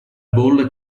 bolla